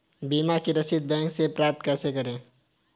बीमा की रसीद बैंक से कैसे प्राप्त करें?